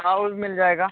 हाँ वह भी मिल जाएगा